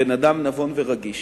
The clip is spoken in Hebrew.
בן-אדם נבון ורגיש.